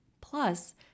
Plus